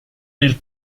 nel